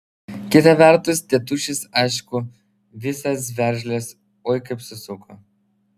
kita vertus tėtušis aišku visas veržles oi kaip susuko